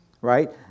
right